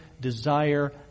desire